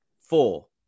four